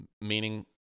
meaning